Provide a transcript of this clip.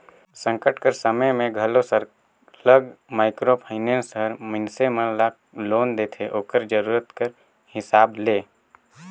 संकट कर समे में घलो सरलग माइक्रो फाइनेंस हर मइनसे मन ल लोन देथे ओकर जरूरत कर हिसाब ले